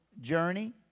journey